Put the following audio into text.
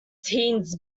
teens